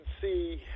see